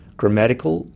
grammatical